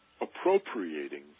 appropriating